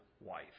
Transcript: wife